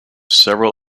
several